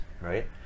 right